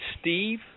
Steve